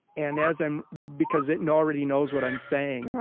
and as i'm because it already knows what i'm saying,